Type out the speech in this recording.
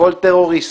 לכל טרוריסט,